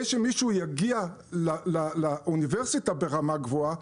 על מנת שמישהו יגיע לאוניברסיטה ברמה גבוהה,